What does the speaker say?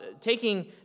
taking